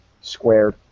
squared